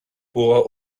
που